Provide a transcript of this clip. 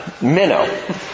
Minnow